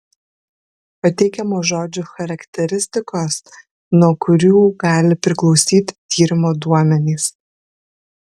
pateikiamos žodžių charakteristikos nuo kurių gali priklausyti tyrimo duomenys